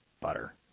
butter